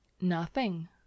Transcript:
Nothing